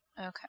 Okay